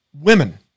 Women